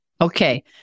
okay